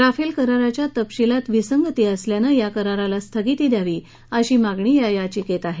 Rafale कराराच्या तपशिलात विसंगती असल्यानं या कराराला स्थगिती द्यावी अशी मागणी या याचिकेत केली आहे